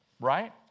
Right